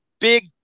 big